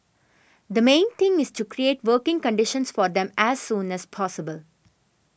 the main thing is to create working conditions for them as soon as possible